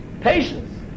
patience